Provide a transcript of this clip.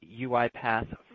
UiPath